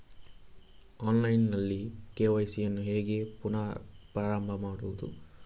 Online ನಲ್ಲಿ KYC ಯನ್ನು ಹೇಗೆ ಪುನಃ ಪ್ರಾರಂಭ ಮಾಡುವುದು?